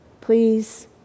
Please